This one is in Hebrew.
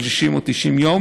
של 60 או 90 יום,